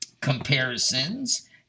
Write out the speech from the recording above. comparisons